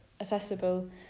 accessible